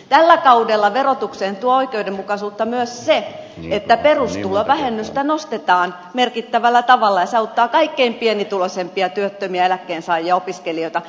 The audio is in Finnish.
tällä kaudella verotukseen tuo oikeudenmukaisuutta myös se että perustulovähennystä nostetaan merkittävällä tavalla ja se auttaa kaik kein pienituloisimpia työttömiä eläkkeensaajia opiskelijoita